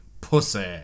pussy